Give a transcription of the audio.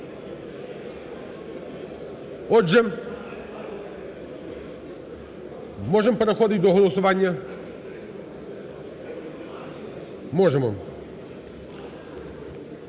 Отже, можемо переходити до голосування? Можемо.